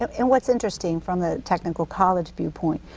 um and what's interesting from a technical college viewpoint,